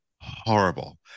horrible